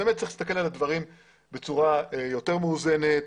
באמת צריך להסתכל על הדברים בצורה יותר מאוזנת.